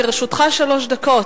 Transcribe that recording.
לרשותך שלוש דקות.